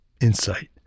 insight